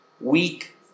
weak